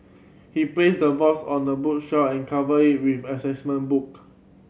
he placed the box on a bookshelf and covered it with an assessment book